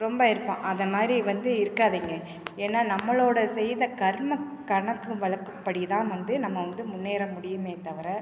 ரொம்ப இருப்போம் அந்தமாதிரி வந்து இருக்காதிங்க ஏன்னா நம்மளோடய செய்த கர்மம் கணக்கு வழக்குப்படிதான் வந்து நம்ம வந்து முன்னேற முடியுமே தவிர